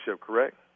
correct